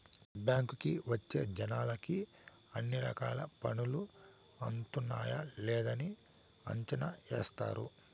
బ్యాంకుకి వచ్చే జనాలకి అన్ని రకాల పనులు అవుతున్నాయా లేదని అంచనా ఏత్తారు